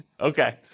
Okay